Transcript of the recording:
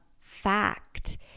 fact